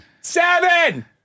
Seven